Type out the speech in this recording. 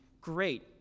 great